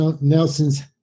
Nelson's